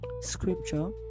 scripture